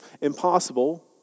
impossible